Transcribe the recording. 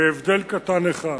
בהבדל קטן אחד,